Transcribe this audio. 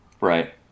Right